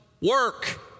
work